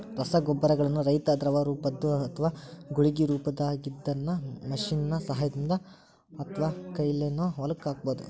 ರಸಗೊಬ್ಬರಗಳನ್ನ ರೈತಾ ದ್ರವರೂಪದ್ದು ಅತ್ವಾ ಗುಳಿಗಿ ರೊಪದಾಗಿದ್ದಿದ್ದನ್ನ ಮಷೇನ್ ನ ಸಹಾಯದಿಂದ ಅತ್ವಾಕೈಲೇನು ಹೊಲಕ್ಕ ಹಾಕ್ಬಹುದು